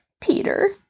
Peter